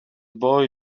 boy